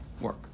work